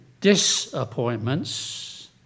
disappointments